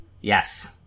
Yes